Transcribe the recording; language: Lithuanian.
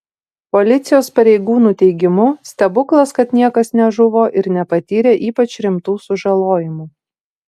policijos pareigūnų teigimu stebuklas kad niekas nežuvo ir nepatyrė ypač rimtų sužalojimų